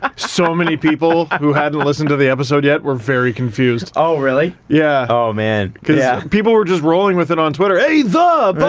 um so many people who hadn't listened to the episode yet were very confused. oh, really? yeah. oh, man. because yeah people were just rolling with it on twitter. hey the